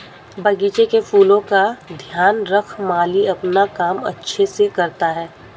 बगीचे के फूलों का ध्यान रख माली अपना काम अच्छे से करता है